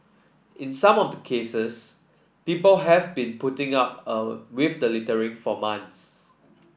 in some of the cases people have been putting up eh with the littering for months